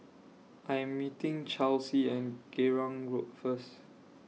I Am meeting Chelsie and Geylang Road First